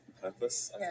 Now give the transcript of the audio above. purpose